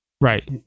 right